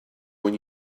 when